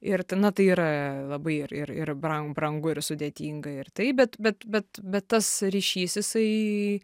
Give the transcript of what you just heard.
ir na tai yra labai ir ir ir bran brangu ir sudėtinga ir taip bet bet bet bet tas ryšys jisai